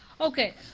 Okay